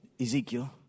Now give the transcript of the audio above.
ezekiel